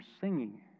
singing